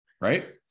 right